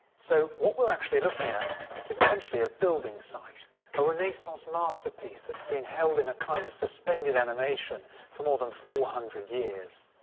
so, what we're actually looking at is essentially a building site a renaissance masterpiece that's been held in a kind of suspended animation for more than four hundred years.